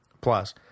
Plus